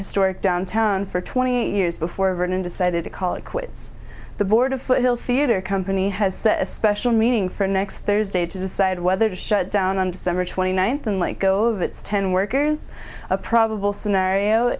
historic downtown for twenty years before vernon decided to call it quits the board of theatre company has set a special meaning for next thursday to decide whether to shut down on december twenty ninth and like go of its ten workers a probable scenario